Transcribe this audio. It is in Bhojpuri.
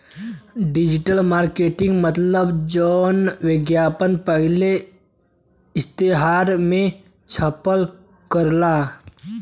डिजिटल मरकेटिंग मतलब जौन विज्ञापन पहिले इश्तेहार मे छपल करला